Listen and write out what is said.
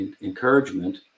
encouragement